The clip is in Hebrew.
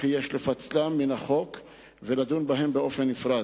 וכי יש לפצלם ולדון בהם בנפרד,